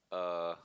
uh